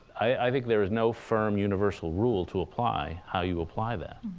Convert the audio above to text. i think there is no firm universal rule to apply how you apply that,